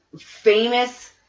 famous